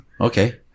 Okay